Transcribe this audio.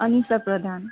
Anita Pradhan